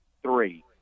Three